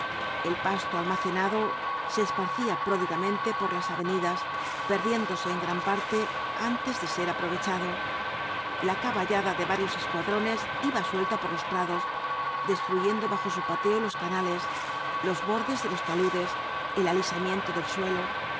el pasto almacenado se esparcía pródigamente por las avenidas perdiéndose en gran parte antes de ser aprovechado la caballada de varios escuadrones iba suelta por los prados destruyendo bajo su pateo los canales los bordes de los taludes el alisamiento del suelo